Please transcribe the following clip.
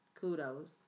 kudos